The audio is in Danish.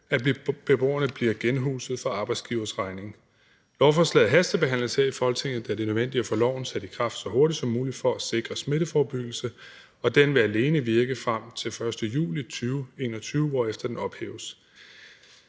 at beboerne bliver genhuset på arbejdsgiverens regning. Lovforslaget hastebehandles af Folketinget, da det er nødvendigt at få loven sat i kraft så hurtigt som muligt for at sikre smitteforebyggelse, og den vil alene virke frem til den 1. juli 2021, hvorefter den ophæves.